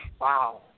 Wow